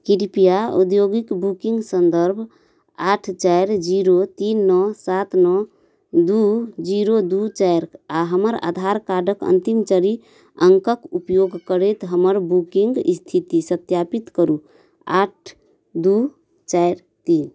कृपया औद्योगिक बुकिन्ग सन्दर्भ आठ चारि जीरो तीन नओ सात नओ दुइ जीरो दुइ चारि आओर हमर आधार कार्डके अन्तिम चारि अङ्कके उपयोग करैत हमर बुकिन्ग इस्थिति सत्यापित करू आठ दुइ चारि तीन